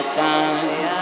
time